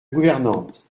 gouvernante